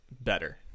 better